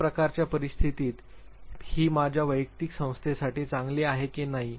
या प्रकारच्या परिस्थितीत ही माझ्या वैयक्तिक संस्थेसाठी चांगली आहे की नाही